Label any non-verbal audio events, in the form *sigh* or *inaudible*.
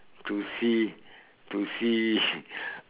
to see to see *laughs*